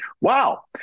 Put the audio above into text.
Wow